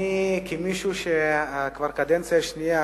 אני, כמי שכבר קדנציה שנייה,